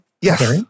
Yes